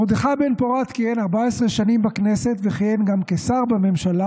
מרדכי בן-פורת כיהן 14 שנים בכנסת וכיהן גם כשר בממשלה,